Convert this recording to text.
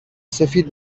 سفید